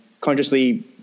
consciously